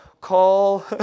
call